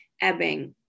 ebbing